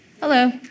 Hello